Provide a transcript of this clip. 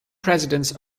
presidents